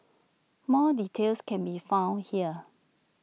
more details can be found here